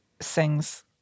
sings